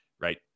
right